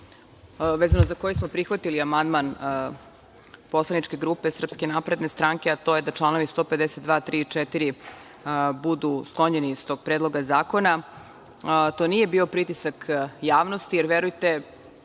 vezano za koji smo prihvatili amandman poslaničke grupe SNS, a to je da članovi 152, 153. i 154. budu sklonjeni iz tog Predloga zakona. To nije bio pritisak javnosti, jer verujte